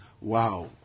wow